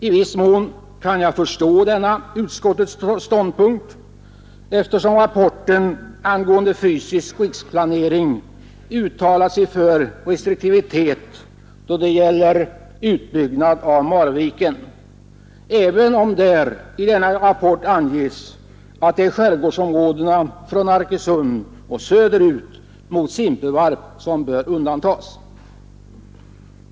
I viss mån kan jag förstå denna utskottets ståndpunkt, eftersom rapporten angående fysisk riksplanering uttalat sig för restriktivitet då det gäller utbyggnad av Marviken, även om i rapporten anges att det är skärgårdsområdena från Arkösund och söderut till Simpevarp som bör undantas.